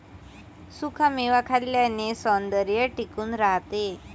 सुखा मेवा खाल्ल्याने सौंदर्य टिकून राहते